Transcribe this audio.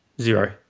zero